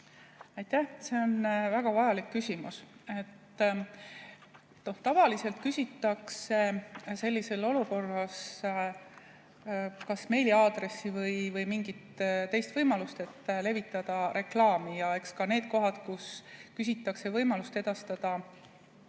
See on väga vajalik küsimus. Tavaliselt küsitakse sellises olukorras kas meiliaadressi või mingit teist võimalust, et levitada reklaami. Ja on ka need kohad, kus küsitakse võimalust edastada